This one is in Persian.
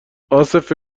عاصف